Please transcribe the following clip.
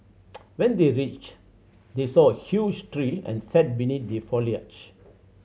when they reached they saw a huge tree and sat beneath the foliage